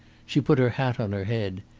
she put her hat on her head.